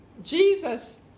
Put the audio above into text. Jesus